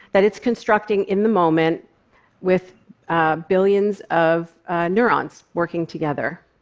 that it's constructing in the moment with billions of neurons working together.